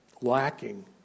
lacking